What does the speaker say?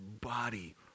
body